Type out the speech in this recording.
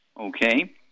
Okay